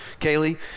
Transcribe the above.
Kaylee